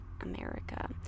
America